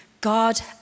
God